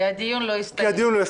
כי הדיון לא הסתיים.